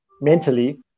mentally